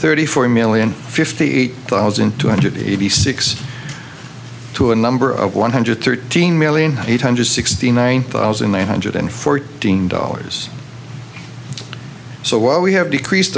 thirty four million fifty eight thousand two hundred eighty six to a number of one hundred thirteen million eight hundred sixty nine thousand one hundred and fourteen dollars so while we have decreased